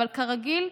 אבל כרגיל,